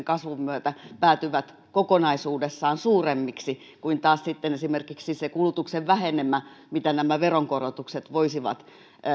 kasvun myötä päätyvät kokonaisuudessaan suuremmiksi kuin taas sitten esimerkiksi se kulutuksen vähenemä mitä nämä veronkorotukset voisivat